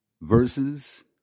verses